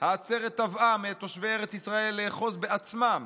העצרת תבעה מאת תושבי ארץ-ישראל לאחוז בעצמם